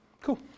cool